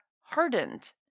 hardened